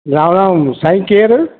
राम राम साईं केरु